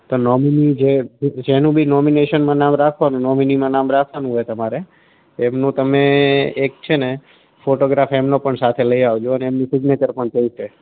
તો નોમિની જે જેનું બી નોમિનેશનમાં નામ રાખવાનું નોમિનીમાં નામ રાખવાનું હોય તમારે એમનું તમે એક છે ને ફોટોગ્રાફ એમનો પણ સાથે લઇ આવજો અને એમની સિગ્નેચર પણ જોઇશે